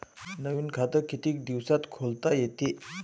नवीन खात कितीक दिसात खोलता येते?